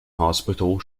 hospital